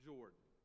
Jordan